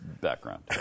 background